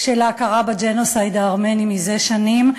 של ההכרה בג'נוסייד הארמני מזה שנים,